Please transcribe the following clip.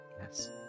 Yes